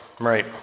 Right